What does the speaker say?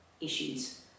issues